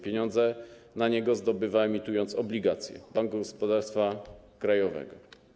Pieniądze na to zdobywa, emitując obligacje, Bank Gospodarstwa Krajowego.